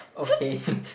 okay